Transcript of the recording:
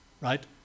right